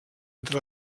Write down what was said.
entre